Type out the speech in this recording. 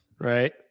right